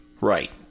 Right